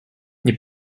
nie